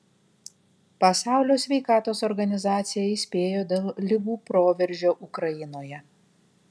pasaulio sveikatos organizacija įspėjo dėl ligų proveržio ukrainoje